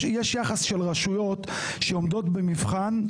יש יחס של רשויות שעומדות במבחן,